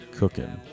cooking